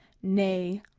nay.